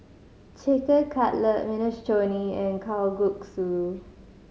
Chicken Cutlet Minestrone and Kalguksu